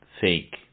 fake